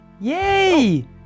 Yay